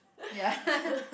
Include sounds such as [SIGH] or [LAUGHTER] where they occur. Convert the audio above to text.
ya [LAUGHS]